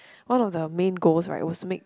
one of the main goals right was to make